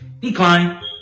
Decline